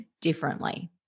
differently